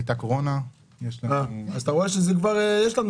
הייתה קורונה --- אז אתה רואה שכבר יש לנו